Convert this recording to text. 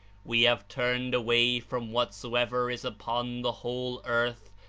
we have turned away from whatsoever is upon the whole earth,